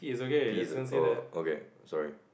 P is a oh okay sorry